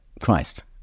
christ